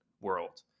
world